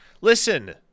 Listen